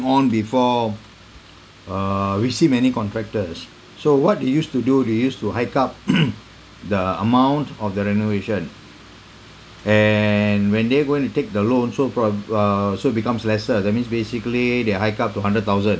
on before uh we see many contractors so what they used to do they used to hike up the amount of the renovation and when they going to take the loan so prob~ uh so becomes lesser that means basically they're hike up to hundred thousand